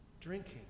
drinking